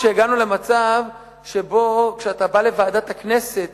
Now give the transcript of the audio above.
כשהגענו למצב שבו כשאתה בא לוועדת הכנסת